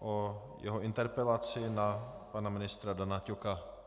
o jeho interpelaci na pana ministra Danka Ťoka.